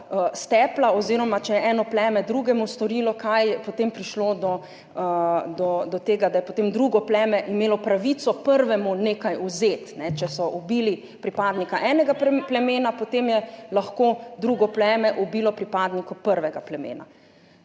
stepla oziroma če je eno pleme drugemu storilo kaj, je potem prišlo do tega, da je drugo pleme imelo pravico prvemu nekaj vzeti. Če so ubili pripadnika enega plemena, potem je lahko drugo pleme ubilo pripadnika prvega plemena.